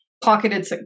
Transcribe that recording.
pocketed